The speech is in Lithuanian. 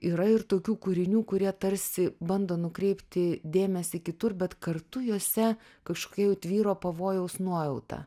yra ir tokių kūrinių kurie tarsi bando nukreipti dėmesį kitur bet kartu juose kažkokia jau tvyro pavojaus nuojauta